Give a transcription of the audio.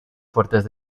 fuertes